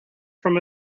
from